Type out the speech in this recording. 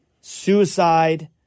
suicide